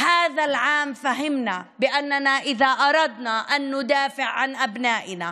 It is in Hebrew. בשנה הזאת הבנו שאם אנחנו רוצות להגן על בנינו,